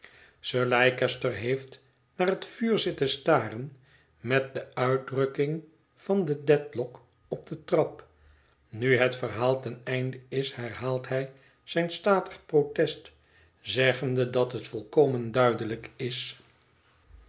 sir leicester heeft naar het vuur zitten staren met de uitdrukking van den dedlock op de trap nu het verhaal ten einde is herhaalt hij zijn statig protest zeggende dat het volkomen duidelijk is